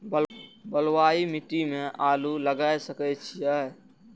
बलवाही मिट्टी में आलू लागय सके छीये?